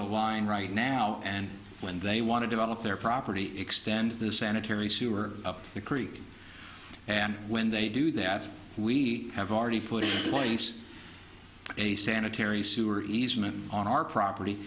the line right now and when they want to develop their property extend the sanitary sewer up the creek and when they do that we have already put in place a sanitary sewer easement on our property